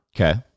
Okay